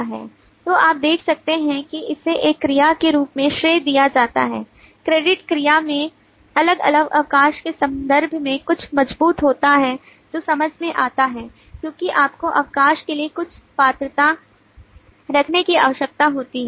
तो आप देख सकते हैं कि इसे एक क्रिया के रूप में श्रेय दिया जाता है या क्रेडिट क्रिया में अलग अलग अवकाश के संदर्भ में कुछ मजबूत होता है जो समझ में आता है क्योंकि आपको अवकाश के लिए कुछ पात्रता रखने की आवश्यकता होती है